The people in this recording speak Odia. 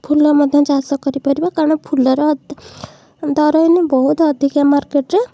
ଫୁଲ ମଧ୍ୟ ଚାଷ କରିପାରିବା କାରଣ ଫୁଲର ଦ ଦର ଏଇନେ ବହୁତ ଅଧିକା ମାର୍କେଟରେ